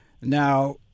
now